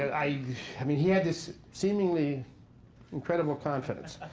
i i mean, he had this seemingly incredible confidence.